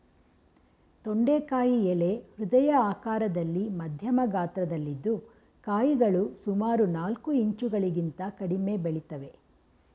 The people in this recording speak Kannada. ತೊಂಡೆಕಾಯಿ ಎಲೆ ಹೃದಯ ಆಕಾರದಲ್ಲಿ ಮಧ್ಯಮ ಗಾತ್ರದಲ್ಲಿದ್ದು ಕಾಯಿಗಳು ಸುಮಾರು ನಾಲ್ಕು ಇಂಚುಗಳಿಗಿಂತ ಕಡಿಮೆ ಬೆಳಿತವೆ